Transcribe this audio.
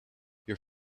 your